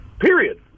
Period